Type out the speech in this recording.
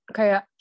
Kayak